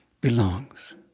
belongs